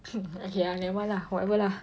okay never mind lah whatever lah